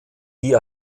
die